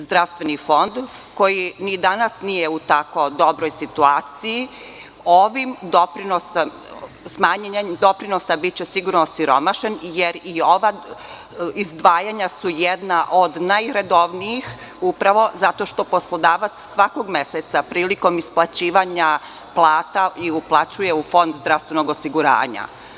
Zdravstveni fond, koji ni danas nije u tako dobroj situaciji, ovim smanjenjem doprinosa biće sigurno osiromašen, jer i ova izdvajanja su jedna od najredovnijih , zato što poslodavac svakog meseca prilikom isplaćivanja plata uplaćuje u Fond zdravstvenog osiguranja.